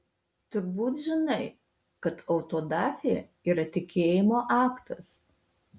turbūt žinai kad autodafė yra tikėjimo aktas